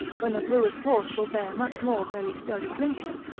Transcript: when a brewer's horse will bear much more than any sturdy drinker,